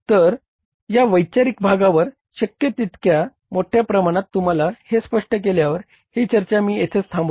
तर या वैचारिक भागावर शक्य तितक्या मोठ्या प्रमाणात तुम्हाला हे स्पष्ट केल्यावर ही चर्चा मी येथे थांबवत आहे